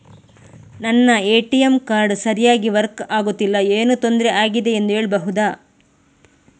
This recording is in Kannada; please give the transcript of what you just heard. ನನ್ನ ಎ.ಟಿ.ಎಂ ಕಾರ್ಡ್ ಸರಿಯಾಗಿ ವರ್ಕ್ ಆಗುತ್ತಿಲ್ಲ, ಏನು ತೊಂದ್ರೆ ಆಗಿದೆಯೆಂದು ಹೇಳ್ಬಹುದಾ?